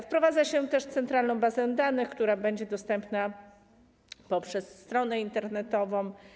Wprowadza się też centralną bazę danych, która będzie dostępna poprzez stronę internetową.